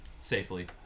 Safely